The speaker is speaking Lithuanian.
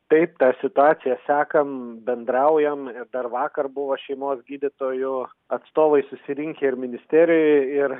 taip tą situaciją sekam bendraujam ir dar vakar buvo šeimos gydytojų atstovai susirinkę ir ministerijoje ir